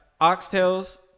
oxtails